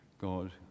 God